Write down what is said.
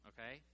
Okay